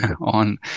on